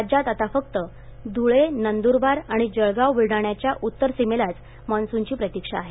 राज्यात आता फक्त धुळे नंदूरबार आणि जळगाव ब्लडाण्याच्या उत्तरसीमेलाच मान्सूनची प्रतिक्षा आहे